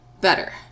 better